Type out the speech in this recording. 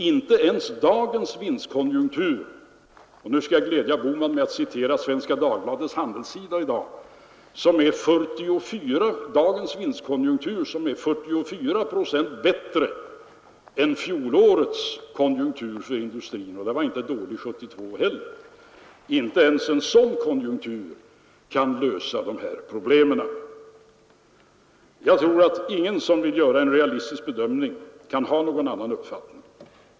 Inte ens dagens vinstkonjunktur — och här skall jag glädja herr Bohman med att hämta en uppgift från Svenska Dagbladets handelssida i dag — som är 44 procent bättre än fjolårets konjunktur för industrin, och den var inte dålig 1972 heller, kan lösa de här problemen. Jag tror att ingen som vill göra en realistisk bedömning kan ha någon annan uppfattning.